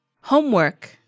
homework